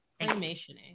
Animation